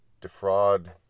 defraud